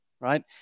right